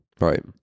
Right